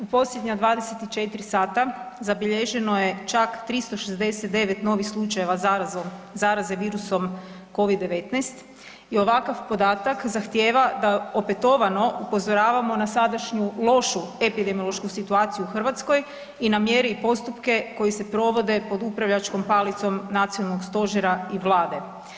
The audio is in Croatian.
U posljednja 24 sata zabilježeno je čak 369 novih slučajeva zaraze virusom COVID-19 i ovakav podatak zahtijeva da opetovano upozoravamo na sadašnju lošu epidemiološku situaciju u Hrvatskoj i na mjeri postupke koji se provode pod upravljačkom palicom nacionalnog stožera i Vlade.